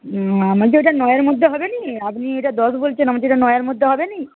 আমি বলছি ওটা নয়ের মধ্যে হবে না আপনি যেটা দশ বলছেন আমি বলছি ওটা নয়ের মধ্যে হবে না